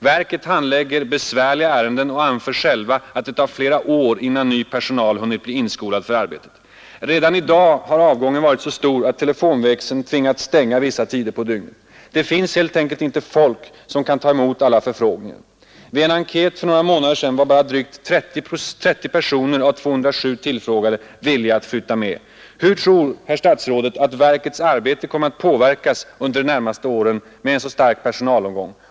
Verket handlägger besvärliga ärenden och anför självt att det tar flera år innan ny personal hunnit bli inskolad för arbetet. Redan i dag är avgången så stor att telefonväxeln tvingats stänga vissa tider på dygnet. Det finns helt enkelt inte folk som kan ta emot alla förfrågningar. Vid en enkät för några månader sedan var bara drygt 30 personer av 207 tillfrågade villiga att flytta med. Hur tror finansministern att verkets arbete kommer att påverkas under de närmaste åren med en så stark personalavgång?